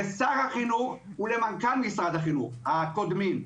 לשר החינוך ולמנכ"ל משרד החינוך הקודמים.